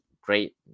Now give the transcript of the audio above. Great